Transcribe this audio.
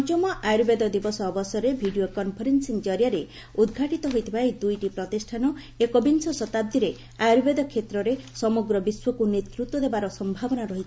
ପଞ୍ଚମ ଆୟୁର୍ବେଦ ଦିବସ ଅବସରରେ ଭିଡ଼ିଓ କନ୍ଫରେନ୍ସିଂ ଜରିଆରେ ଉଦ୍ଘାଟିତ ହୋଇଥିବା ଏହି ଦୁଇଟି ପ୍ରତିଷ୍ଠାନ ଏକବିଂଶ ଶତାବ୍ଦୀରେ ଆୟୁର୍ବେଦ କ୍ଷେତ୍ରରେ ସମଗ୍ର ବିଶ୍ୱକୁ ନେତୃତ୍ୱ ଦେବାର ସମ୍ଭାବନା ରହିଛି ବୋଲି ଶ୍ରୀ ମୋଦୀ କହିଛନ୍ତି